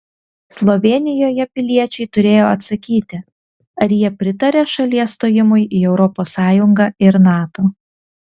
slovėnijoje piliečiai turėjo atsakyti ar jie pritaria šalies stojimui į europos sąjungą ir nato